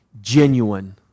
genuine